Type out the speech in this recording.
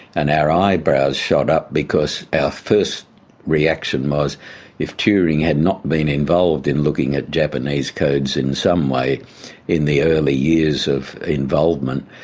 and our eyebrows shot up because our first reaction was if turing had not been involved in looking at japanese codes in some way in the early years of involvement,